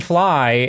Fly